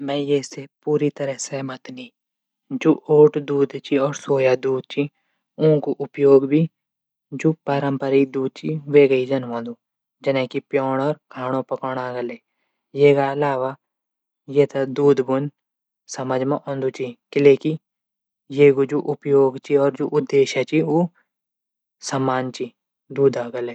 मै ये से पूरी तरह सहमत नी जू ओट दूध च सोया दूध च। ऊंक उपयोग भी जू पारम्परिक दूध छन वेकी जन हूंदू ।जनकी पियौंण खाणू पीणू जन। ये अलावा ये थे दूध बुन समझ मा आंदू च किलेकी ये कू जू उपयोग च जू उद्देश्य च समान च।